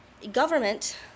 government